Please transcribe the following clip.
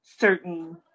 certain